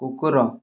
କୁକୁର